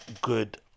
good